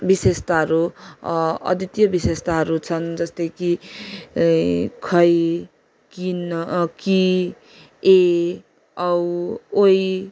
विशेषताहरू अद्वितीय विशेषताहरू छन् जस्तै कि खै किन कि ए औ ओइ